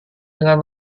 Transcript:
dengan